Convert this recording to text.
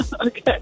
Okay